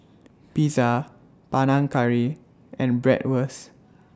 Pizza Panang Curry and Bratwurst